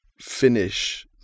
finish